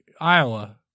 Iowa